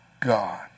God